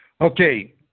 Okay